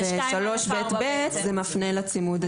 3ב(ב) שמפנה לצימוד הדינמי.